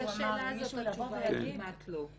אז על השאלה הזאת התשובה היא: כמעט לא.